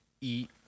eat